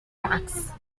parks